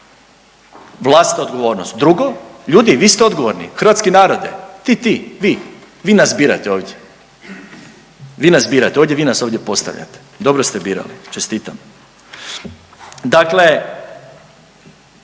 vlastita odgovornost. Drugo, ljudi vi ste odgovorni, hrvatski narode, ti, ti, vi, vi nas birate ovdje, vi nas birate ovdje, vi nas ovdje postavljate, dobro ste birali, čestitam. Dakle,